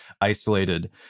isolated